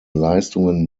leistungen